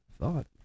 thought